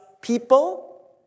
people